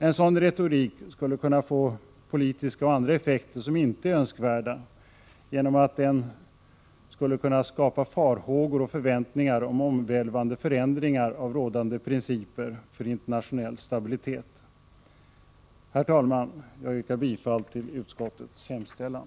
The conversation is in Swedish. En sådan retorik skulle kunna få politiska och andra effekter, som inte är önskvärda, genom att den skulle kunna skapa farhågor och förväntningar om omvälvande förändringar av rådande principer för internationell stabilitet. Herr talman! Jag yrkar bifall till utskottets hemställan.